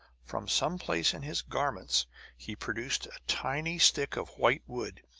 from some place in his garments he produced a tiny stick of white wood,